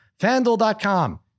FanDuel.com